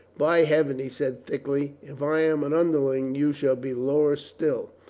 by heaven, he said thickly, if i am an underling, you shall be lower still.